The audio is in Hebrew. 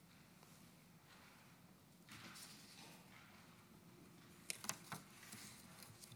כבוד